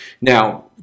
Now